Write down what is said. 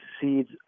seeds